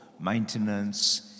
maintenance